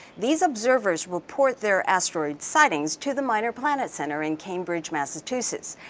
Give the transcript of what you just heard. these observers report their asteroid sightings to the minor planet center in cambridge, massachusetts.